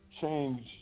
change